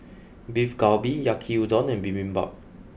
Beef Galbi Yaki Udon and Bibimbap